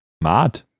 Mad